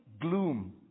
gloom